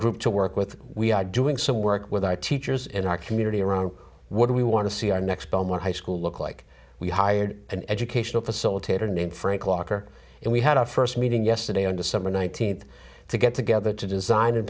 group to work with we are doing some work with our teachers in our community around what do we want to see our next belmore high school look like we hired an educational facilitator named frank walker and we had our first meeting yesterday on december nineteenth to get together to design and